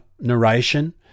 narration